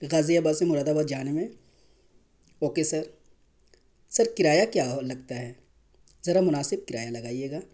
غازی آباد سے مراد آباد جانے میں اوکے سر سر کرایہ کیا لگتا ہے ذرا مناسب کرایہ لگائیے گا